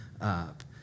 up